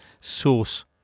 source